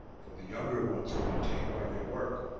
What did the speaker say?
for the younger ones were detained by their work.